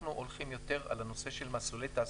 אנחנו הולכים יותר על מסלולי תעסוקה,